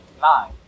nine